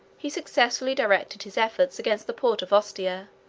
he successfully directed his efforts against the port of ostia,